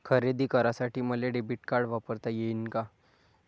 खरेदी करासाठी मले डेबिट कार्ड वापरता येईन का?